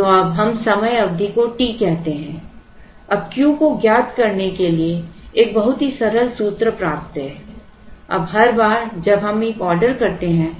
तो अब हम समय अवधि को T कहते हैं अब Q को ज्ञात करने के लिए एक बहुत ही सरल सूत्र प्राप्त करते हैं अब हर बार जब हम एक ऑर्डर करते हैं